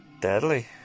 deadly